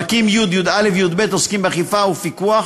פרקים י', י"א וי"ב עוסקים באכיפה ופיקוח.